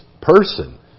person